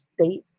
state